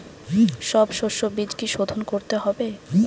সব শষ্যবীজ কি সোধন করতে হবে?